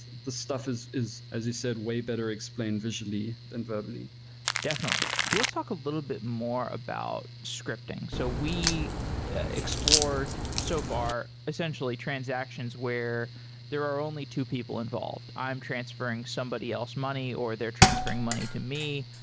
the stuff is is as you said way better explained visually and verbally definitely. let's talk a little bit more about scripting. so we explored so far essentially transactions where there are only two people involved. i am transferring somebody else money, or they're transferring money to me.